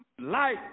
light